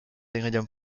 ingrédients